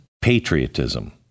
patriotism